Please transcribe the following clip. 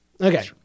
Okay